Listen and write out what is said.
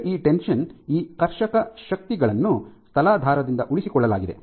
ಈಗ ಈ ಟೆನ್ಷನ್ ಈ ಟೆನ್ಸಿಲ್ ಶಕ್ತಿಗಳನ್ನು ತಲಾಧಾರದಿಂದ ಉಳಿಸಿಕೊಳ್ಳಲಾಗಿದೆ